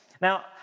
Now